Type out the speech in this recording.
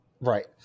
Right